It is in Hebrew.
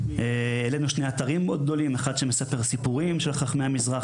העלנו שני אתרים מאוד גדולים: האחד של מספר סיפורים של חכמי המזרח,